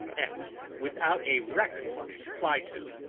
and without a refuge to fly to.